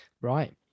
Right